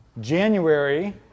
January